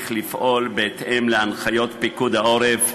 מביעה את שמחתם של בעלי העסקים